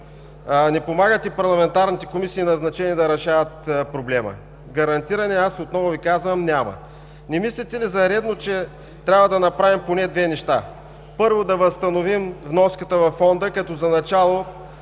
Не помагат и парламентарните комисии, назначени да решават проблема. Отново Ви казвам: гарантиране няма! Не мислите ли за редно, че трябва да направим поне две неща: Първо, да възстановим вноската във Фонда като за начало,